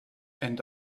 and